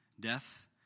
Death